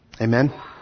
Amen